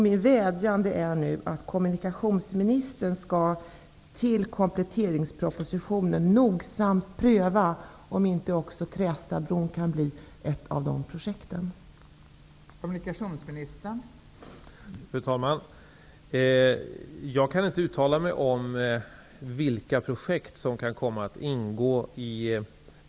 Min vädjan är nu att kommunikationsministern till kompletteringspropositionen nogsamt skall pröva om inte också Trästabron kan bli ett av de projekt som prioriteras.